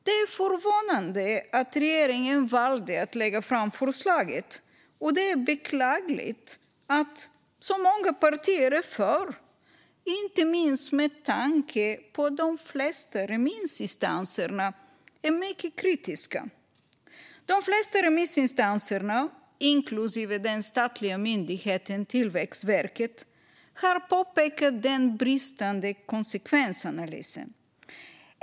Det är förvånande att regeringen valde att lägga fram förslaget, och det är beklagligt att så många partier är för förslaget, inte minst med tanke på att de flesta av remissinstanserna är mycket kritiska. De flesta remissinstanserna, inklusive den statliga myndigheten Tillväxtverket, har påpekat den bristande konsekvensanalysen.